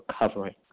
recovering